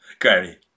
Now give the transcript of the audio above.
Gary